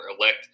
elect